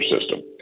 system